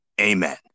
Amen